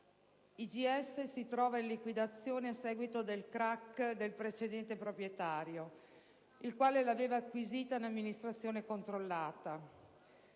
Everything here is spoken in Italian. si trova in liquidazione a seguito del crack del precedente proprietario, il quale l'aveva acquisita in amministrazione controllata.